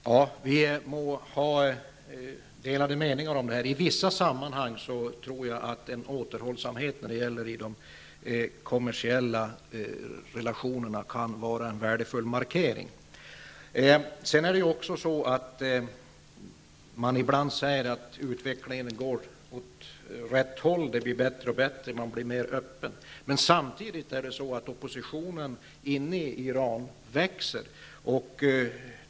Fru talman! Vi må ha delade meningar om detta. I vissa sammanhang tror jag att en återhållsamhet i de kommersiella relationerna kan vara en värdefull markering. Ibland säger man att utvecklingen går åt rätt håll, det blir bättre och bättre, man blir mer öppen. Samtidigt växer oppositionen inne i Iran.